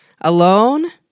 alone